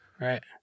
right